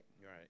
Right